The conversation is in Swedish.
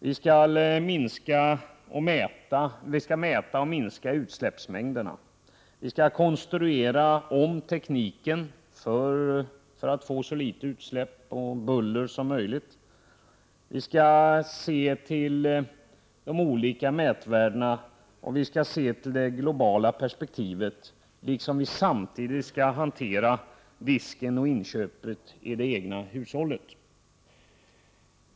Vi skall mäta och minska utsläppsmängder, vi skall konstruera om tekniken för att få så litet utsläpp och buller som möjligt, vi skall se till de olika mätvärdena och vi skall se till det globala perspektivet, liksom vi samtidigt skall hantera disken och inköpen i det egna hushållet.